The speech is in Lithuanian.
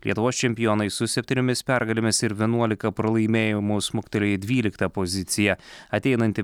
lietuvos čempionai su septyniomis pergalėmis ir vienuolika pralaimėjimų smuktelėjo į dvyliktą poziciją ateinantį